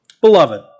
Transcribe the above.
Beloved